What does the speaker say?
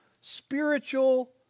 spiritual